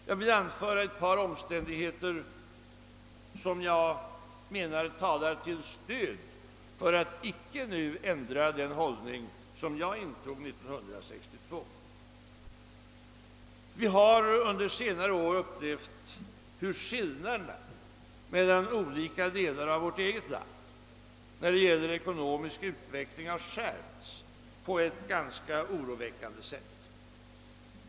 Jag vill anföra ett par omständigheter som jag anser stöder den hållning som jag intog 1962. Vi har under senare år upplevt hur skillnaderna mellan olika delar av vårt eget land när det gäller ekonomisk utveckling har skärpts på ett ganska oroväckande sätt.